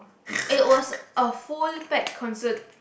it was a full packed concert